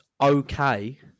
okay